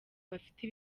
bafite